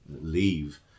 leave